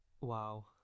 Wow